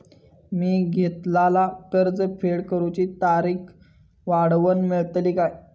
मी घेतलाला कर्ज फेड करूची तारिक वाढवन मेलतली काय?